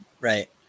Right